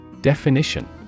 Definition